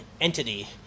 entity